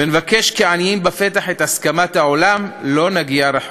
ונבקש כעניים בפתח את הסכמת העולם, לא נגיע רחוק.